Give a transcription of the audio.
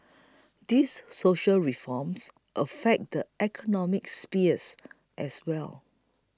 these social reforms affect the economic spheres as well